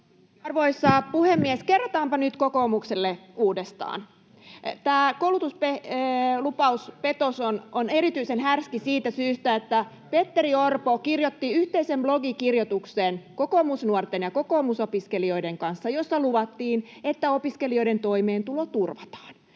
Arvoisa puhemies! Kerrataanpa nyt kokoomukselle uudestaan. Tämä koulutuslupauspetos on erityisen härski siitä syystä, että Petteri Orpo kirjoitti yhteisen blogikirjoituksen Kokoomusnuorten ja Kokoomusopiskelijoiden kanssa, jossa luvattiin, että opiskelijoiden toimeentulo turvataan.